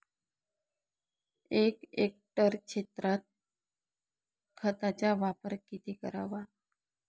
एक हेक्टर क्षेत्रात खताचा वापर किती करावा?